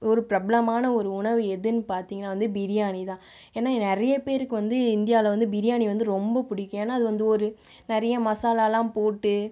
ஒரு பிரபலமான ஒரு உணவு எதுன்னு பார்த்தீங்கன்னா வந்து பிரியாணி தான் ஏன்னால் நிறைய பேருக்கு வந்து இந்தியாவில் வந்து பிரியாணி வந்து ரொம்ப பிடிக்கும் ஏன்னால் அது வந்து ஒரு நிறைய மசாலால்லாம் போட்டு